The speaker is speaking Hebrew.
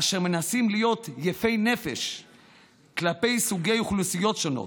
אשר מנסים להיות יפי נפש כלפי סוגי אוכלוסיות שונות,